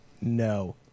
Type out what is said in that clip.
No